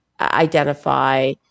identify